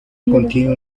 contiene